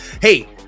Hey